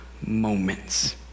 moments